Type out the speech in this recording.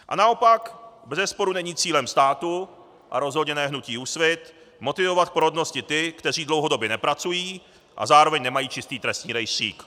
A naopak, bezesporu není cílem státu, a rozhodně ne hnutí Úsvit, motivovat k porodnosti ty, kteří dlouhodobě nepracují a zároveň nemají čistý trestní rejstřík.